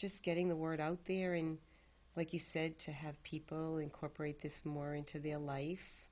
just getting the word out there in like you said to have people incorporate this more into the a life